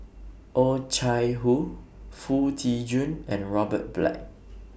Oh Chai Hoo Foo Tee Jun and Robert Black